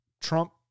Trump